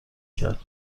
کرد